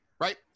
right